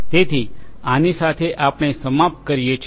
તેથી આની સાથે આપણે સમાપ્ત કરીએ છીએ